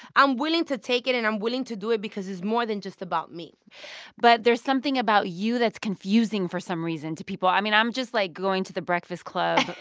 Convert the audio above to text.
i'm willing to take it. and i'm willing to do it because it's more than just about me but there's something about you that's confusing for some reason to people. i mean, i'm just, like, going to the breakfast club.